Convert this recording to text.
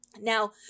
now